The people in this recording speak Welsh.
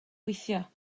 gweithio